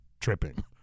tripping